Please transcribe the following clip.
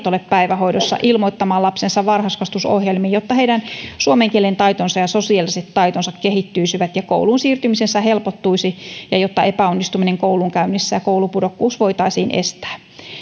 ole päivähoidossa ilmoittamaan lapsensa varhaiskasvatusohjelmiin jotta heidän suomen kielen taitonsa ja sosiaaliset taitonsa kehittyisivät ja kouluun siirtymisensä helpottuisi ja jotta epäonnistuminen koulunkäynnissä ja koulupudokkuus voitaisiin estää